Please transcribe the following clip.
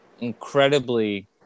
incredibly